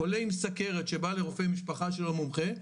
חולה עם סכרת שבא לרופא משפחה שהוא לא מומחה,